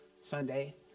Sunday